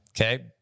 Okay